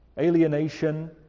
alienation